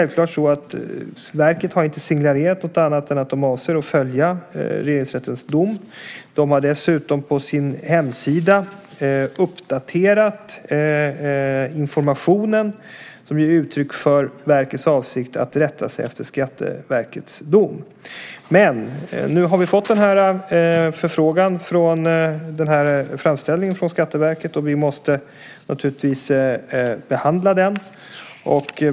Verket har inte signalerat något annat än att de avser att följa Regeringsrättens dom. De har dessutom på sin hemsida uppdaterat informationen som ger uttryck för verkets avsikt att rätta sig efter Regeringsrättens dom. Men nu har vi fått framställningen från Skatteverket. Vi måste naturligtvis behandla den.